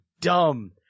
dumb